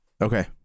Okay